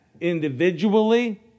individually